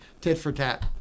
tit-for-tat